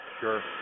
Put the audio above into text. Sure